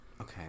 Okay